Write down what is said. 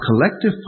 collective